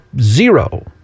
zero